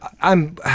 I'm-